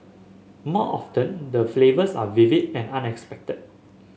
more often them the flavours are vivid and unexpected